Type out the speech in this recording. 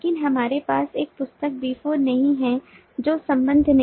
लेकिन हमारे पास एक पुस्तक B4 नहीं है जो संबद्ध नहीं है